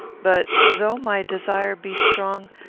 but, though my desire be strong,